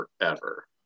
forever